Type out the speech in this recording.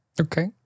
Okay